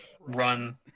run